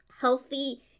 healthy